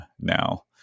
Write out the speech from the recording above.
now